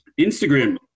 instagram